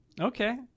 Okay